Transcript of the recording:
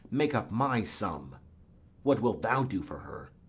make up my sum what wilt thou do for her?